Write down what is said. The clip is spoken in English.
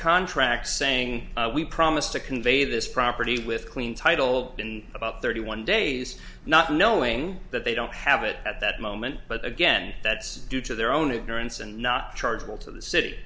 contract saying we promise to convey this property with clean title in about thirty one days not knowing that they don't have it at that moment but again that's due to their own ignorance and not chargeable to the